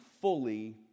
fully